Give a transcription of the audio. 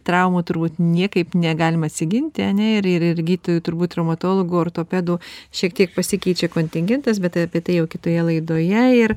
traumų turbūt niekaip negalim atsiginti ane ir ir gydytojų turbūt traumatologų ortopedų šiek tiek pasikeičia kontingentas bet apie tai jau kitoje laidoje ir